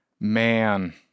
Man